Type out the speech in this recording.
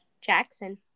Jackson